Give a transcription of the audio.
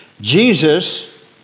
Jesus